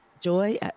joy